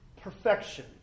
perfection